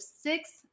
six